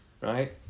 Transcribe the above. right